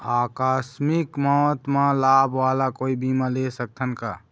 आकस मिक मौत म लाभ वाला कोई बीमा ले सकथन का?